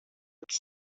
its